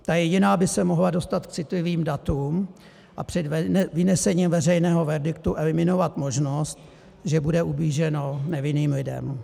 Ta jediná by se mohla dostat k citlivým datům a před vynesením veřejného verdiktu eliminovat možnost, že bude ublíženo nevinným lidem.